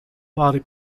body